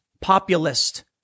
populist